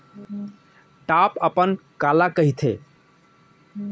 Top अपन काला कहिथे?